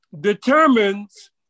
determines